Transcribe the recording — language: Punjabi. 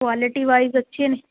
ਕੁਆਲਿਟੀ ਵਾਈਜ਼ ਅੱਛੇ ਨੇ